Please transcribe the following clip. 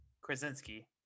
Krasinski